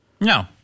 No